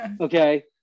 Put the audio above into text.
Okay